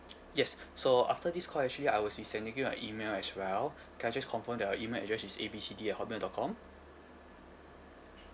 yes so after this call actually I will be sending your a email as well can I just confirm that your email address is A B C D at hotmail dot com